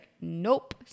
nope